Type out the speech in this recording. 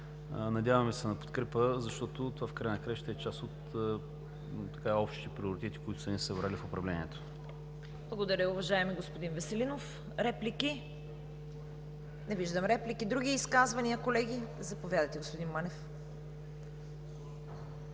Надяваме се на подкрепа, защото това в края на краищата е част от общите приоритети, които са ни събрали в управлението. ПРЕДСЕДАТЕЛ ЦВЕТА КАРАЯНЧЕВА: Благодаря, уважаеми господин Веселинов. Реплики? Не виждам. Други изказвания, колеги? Заповядайте, господин Манев.